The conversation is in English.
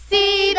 See